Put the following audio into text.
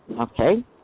Okay